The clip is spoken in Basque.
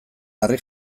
harri